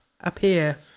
appear